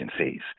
agencies